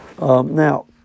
Now